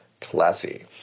Classy